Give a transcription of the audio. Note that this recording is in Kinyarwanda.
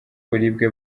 uburibwe